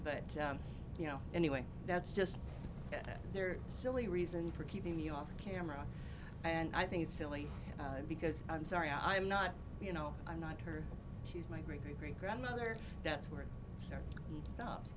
but you know anyway that's just that they're silly reason for keeping you off camera and i think it's silly because i'm sorry i'm not you know i'm not her she's my great great great grandmother that's where it stops